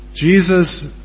Jesus